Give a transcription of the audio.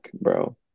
bro